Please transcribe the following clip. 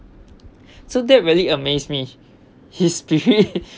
so that really amazed me his behave